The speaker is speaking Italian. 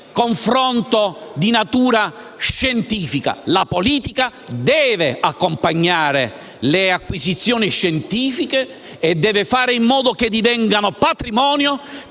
confronto di natura scientifica. La politica deve accompagnare le acquisizioni scientifiche e deve fare in modo che divengano patrimonio